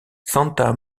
santa